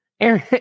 Aaron